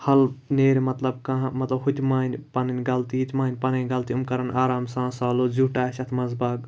حل نیرِ مطلب کانٛہہ مطلب ہُہ تہِ مانہِ پَنٕنۍ غلطی یہِ تہِ مانہِ پَنٕنۍ غلطی یِم کَرَن آرام سان سالوٗ زیُٹھ آسہِ یَتھ منٛز باگ